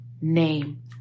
name